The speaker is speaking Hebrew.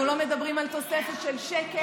אנחנו לא מדברים על תוספת של שקל,